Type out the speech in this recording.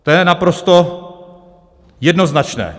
To je naprosto jednoznačné.